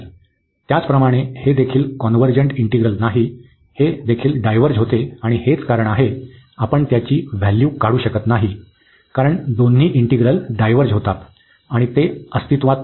त्याचप्रमाणे हे देखील कॉन्व्हर्जन्ट इंटिग्रल नाही हे देखील डायव्हर्ज होते आणि हेच कारण आहे आपण त्याची व्हॅल्यू काढू शकत नाही कारण दोन्ही इंटिग्रल डायव्हर्ज होतात आणि ते अस्तित्त्वात नाहीत